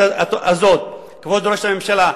כבוד ראש הממשלה,